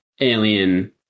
alien